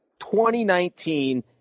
2019